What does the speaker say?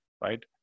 right